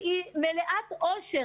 והיא מלאת אושר.